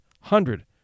hundred